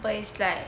but it's like